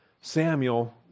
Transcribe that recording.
Samuel